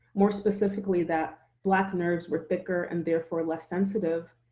more specifically that black nerves were thicker, and therefore less sensitive,